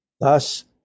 Thus